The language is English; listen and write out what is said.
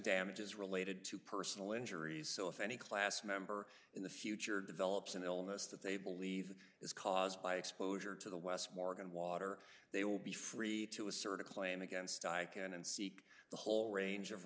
damages related to personal injuries so if any class member in the future develops an illness that they believe is caused by exposure to the west morgan water they will be free to assert a claim against icann and seek the whole range of